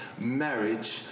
marriage